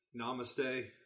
Namaste